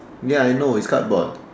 ya I know it's cardboard